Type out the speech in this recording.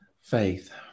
Faith